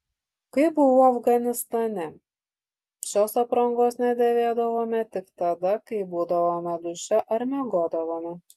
kai buvau afganistane šios aprangos nedėvėdavome tik tada kai būdavome duše ar miegodavome